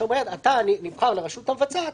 שאומרת: אתה נבחר לרשות המבצעת,